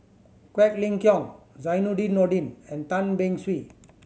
Quek Ling Kiong Zainudin Nordin and Tan Beng Swee